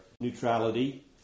neutrality